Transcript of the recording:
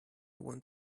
want